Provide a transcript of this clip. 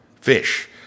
fish